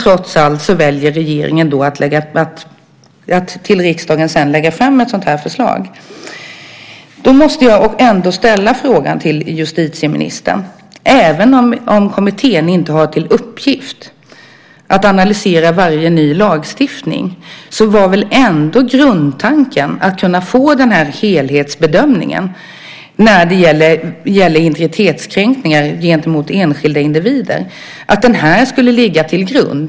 Trots kritiken väljer alltså regeringen att till riksdagen lägga fram ett sådant förslag. Även om kommittén inte har till uppgift att analysera varje ny lagstiftning var väl grundtanken ändå att få en helhetsbedömning vad gäller integritetskränkningar av enskilda individer, alltså att den skulle ligga till grund.